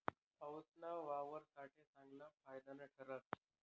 पाऊसना वावर साठे चांगलं फायदानं ठरस